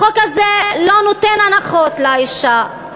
החוק הזה לא נותן הנחות לאישה,